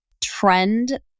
trend